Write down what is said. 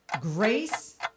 grace